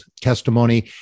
testimony